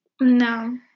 No